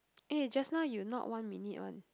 eh just now you not one minute [one]